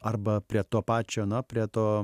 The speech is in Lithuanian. arba prie to pačio na prie to